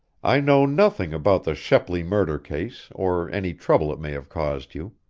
i know nothing about the shepley murder case or any trouble it may have caused you.